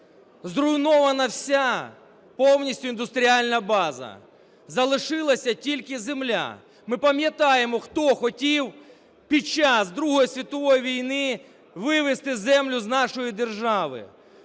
зруйнована вся повністю індустріальна база. Залишилася тільки земля. Ми пам'ятаємо, хто хотів під час Другої світової війни вивезти землю з нашої держави,